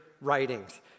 writings